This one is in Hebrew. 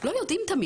הם לא תמיד יודעים.